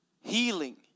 healing